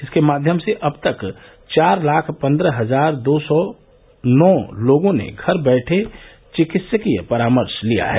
इसके माध्यम से अब तक चार लाख पन्द्रह हजार दो सौ नौ लोगों ने घर बैठे चिकित्सकीय परामर्श लिया है